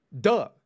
Duh